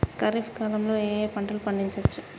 ఖరీఫ్ కాలంలో ఏ ఏ పంటలు పండించచ్చు?